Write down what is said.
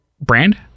Brand